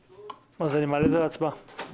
אני מעלה את זה להצבעה.